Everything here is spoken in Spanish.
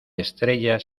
estrellas